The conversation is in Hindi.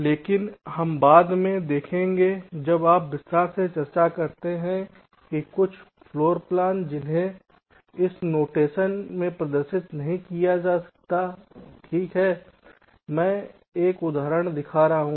लेकिन हम बाद में देखेंगे जब आप विस्तार से चर्चा करते हैं कि कुछ फ़्लोरप्लेन हैं जिन्हें इस नोटेशन में प्रदर्शित नहीं किया जा सकता है ठीक है मैं एक उदाहरण दिखा रहा हूं